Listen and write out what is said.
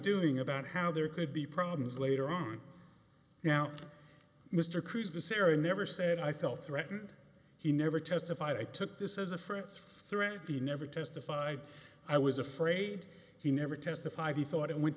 doing about how there could be problems later on now mr cruise to sarah never said i felt threatened he never testified i took this as a friend threat he never testified i was afraid he never testified he thought it went